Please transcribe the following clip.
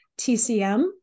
TCM